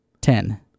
Ten